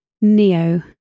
Neo